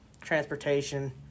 transportation